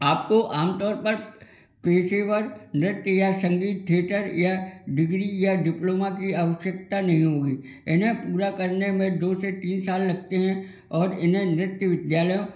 आपको आमतौर पर पेशेवर नृत्य या संगीत थिएटर या डिग्री या डिप्लोमा की आवश्यकता नहीं होगी इन्हें पूरा करने में दो से तीन साल लगते हैं और इन्हें नृत्य विद्यालयों